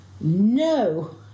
No